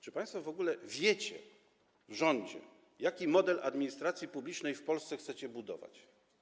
Czy państwo w ogóle wiecie w rządzie, jaki model administracji publicznej w Polsce chcecie budować?